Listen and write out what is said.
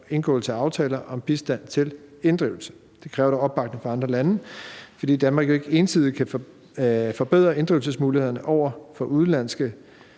indgåelse af aftaler om bistand til inddrivelse. Det kræver dog opbakning fra andre lande, fordi Danmark jo ikke ensidigt kan forbedre inddrivelsesmulighederne over for udrejste